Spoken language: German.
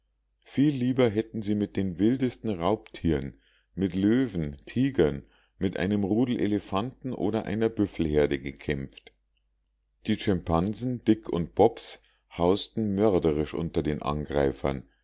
viel lieber hätten sie mit den wildesten raubtieren mit löwen tigern mit einem rudel elefanten oder einer büffelherde gekämpft die schimpansen dick und bobs hausten mörderisch unter den angreifern